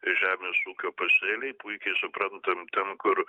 žemės ūkio pasėliai puikiai suprantam ten kur